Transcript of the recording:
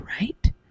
right